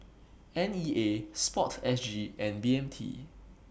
N E A Sport S G and B M T